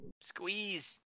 Squeeze